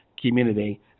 Community